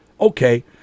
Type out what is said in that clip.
okay